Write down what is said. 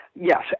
yes